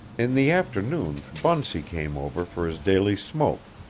in the afternoon bunsey came over for his daily smoke,